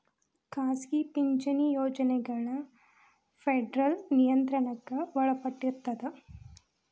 ಖಾಸಗಿ ಪಿಂಚಣಿ ಯೋಜನೆಗಳ ಫೆಡರಲ್ ನಿಯಂತ್ರಣಕ್ಕ ಒಳಪಟ್ಟಿರ್ತದ